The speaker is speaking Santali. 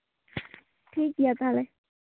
ᱴᱷᱤᱠ ᱜᱮᱭᱟ ᱛᱟᱦᱞᱮ